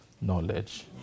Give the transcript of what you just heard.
knowledge